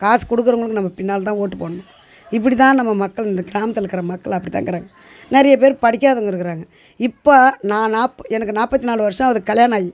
காசு கொடுக்கறவங்களுக்கு நம்ம பின்னால் தான் ஓட்டு போடணும் இப்படி தான் நம்ம மக்கள் இந்த கிராமத்தில் இருக்கிற மக்கள் அப்படி தான் இருக்கிறாங்க நிறைய பேர் படிக்காதவங்க இருக்கிறாங்க இப்போ நான் நாப் எனக்கு நாற்பத்தி நாலு வருஷம் ஆகுது கல்யாணம் ஆகி